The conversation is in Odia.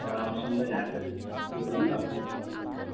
ପରାମର୍ଶ ନେଲେ ଯାହା କରିବି ସେଥିପାଇଁ ମୁଁ ଆପଣଙ୍କୁ ଫୋନ୍ କରିଥିଲି